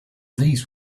these